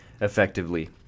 effectively